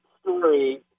story